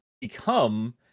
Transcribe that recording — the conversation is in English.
become